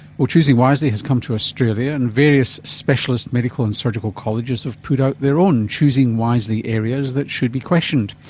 well, choosing wisely has come to australia and various specialist medical and surgical colleges have put out their own choosing wisely areas that should be questioned.